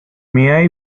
may